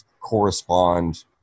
correspond